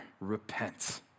repent